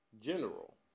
general